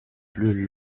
plus